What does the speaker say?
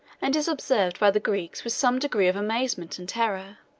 and is observed by the greeks with some degree of amazement and terror.